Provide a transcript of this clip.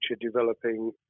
developing